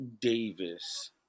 Davis